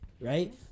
right